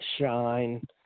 shine